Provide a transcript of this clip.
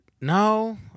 No